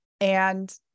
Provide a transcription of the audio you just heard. And-